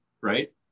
right